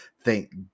thank